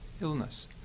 illness